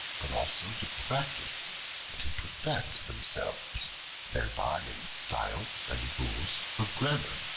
but also to practice and to perfect themselves thereby in style and rules of grammar,